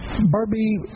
Barbie